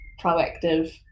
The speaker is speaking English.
proactive